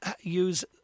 use